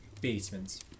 basements